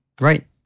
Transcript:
Right